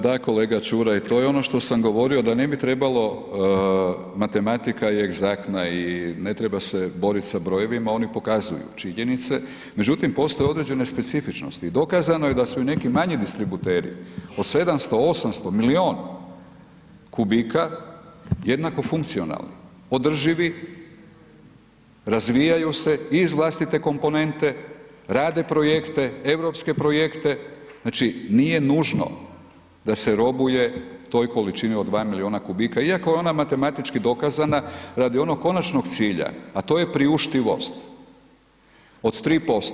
Da, kolega Čuraj, to je ono što sam govorio da ne bi trebalo, matematika je egzaktna i ne treba se borit sa brojevima, oni pokazuju činjenice međutim postoje određene specifičnosti i dokazano je da su neki manji distributeri po 700, 800, milijun kubika jednako funkcionalni, održivi, razvijaju se i iz vlastite komponente, rade projekte, europske projekte, znači nije nužno da se robuje toj količini od 2 milijuna kubika iako je ona matematički dokazana radi onog konačnog cilja a to je priuštivost od 3%